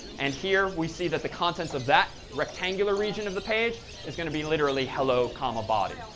and here, we see that the contents of that rectangular region of the page is going to be literally hello comma body.